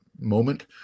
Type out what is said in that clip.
moment